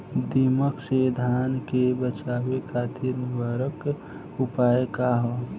दिमक से धान के बचावे खातिर निवारक उपाय का ह?